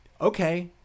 okay